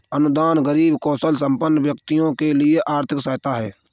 अनुदान गरीब कौशलसंपन्न व्यक्तियों के लिए आर्थिक सहायता है